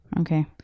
Okay